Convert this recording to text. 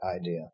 idea